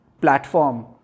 platform